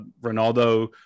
Ronaldo